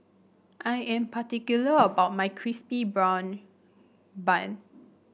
I am particular about my crispy brown bun